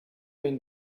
been